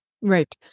Right